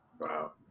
Wow